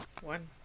One